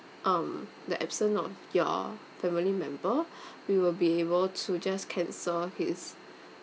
um the absent of your family member we will be able to just cancel his